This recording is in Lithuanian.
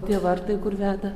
tie vartai kur veda